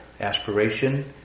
Aspiration